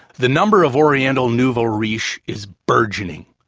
the number of oriental nouvelle riche is burgeoning.